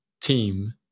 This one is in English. team